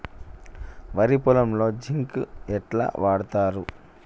వరి పొలంలో జింక్ ఎట్లా వాడుతరు?